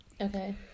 Okay